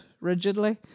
Rigidly